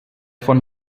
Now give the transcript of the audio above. von